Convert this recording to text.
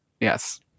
Yes